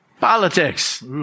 Politics